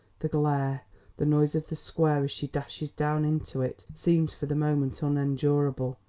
the glare the noise of the square, as she dashes down into it seems for the moment unendurable.